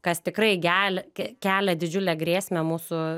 kas tikrai gel k kelia didžiulę grėsmę mūsų